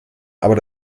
aber